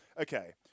Okay